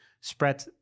spread